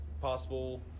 Possible